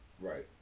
Right